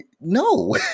no